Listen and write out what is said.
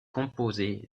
composé